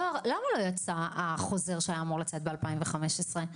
זהר, למה לא יצא החוזר שהיה אמור לצאת בשנת 2015?